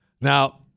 Now